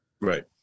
right